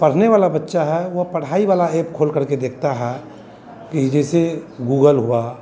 पढ़ने वाला बच्चा है वह पढ़ाई वाला ऐप खोलकर के देखता है कि जैसे गूगल हुआ